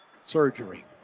Surgery